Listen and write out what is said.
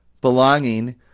Belonging